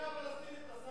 מדינה פלסטינית,